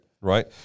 Right